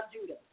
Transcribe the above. Judah